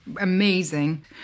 amazing